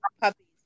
puppies